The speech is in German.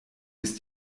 ist